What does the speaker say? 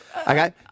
Okay